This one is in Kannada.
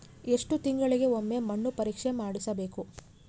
ಎಷ್ಟು ತಿಂಗಳಿಗೆ ಒಮ್ಮೆ ಮಣ್ಣು ಪರೇಕ್ಷೆ ಮಾಡಿಸಬೇಕು?